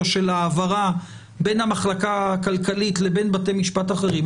של ההעברה בין המחלקה הכלכלית לבין בתי משפט אחרים,